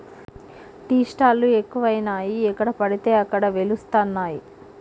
tea stall లు ఎక్కువయినాయి ఎక్కడ పడితే అక్కడ వెలుస్తానయ్